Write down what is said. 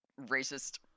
racist